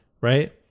right